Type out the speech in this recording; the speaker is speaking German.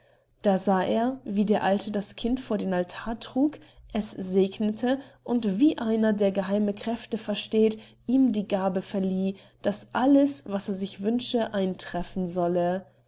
da sah er wie der alte das kind vor den altar trug es segnete und wie einer der geheime kräfte versteht ihm die gabe verlieh daß alles was es sich wünsche eintreffen solle